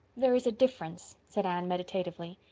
there is a difference, said anne meditatively.